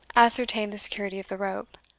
ascertained the security of the rope,